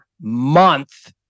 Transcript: month